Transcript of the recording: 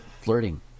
flirting